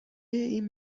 این